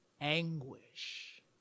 anguish